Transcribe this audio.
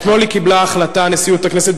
הכנסת,